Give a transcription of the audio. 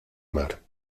mar